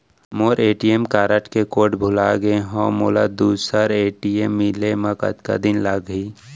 मोर ATM card के code भुला गे हव, मोला दूसर ए.टी.एम मिले म कतका दिन लागही?